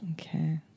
Okay